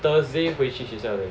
Thursday 回去学校 already